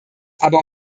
aber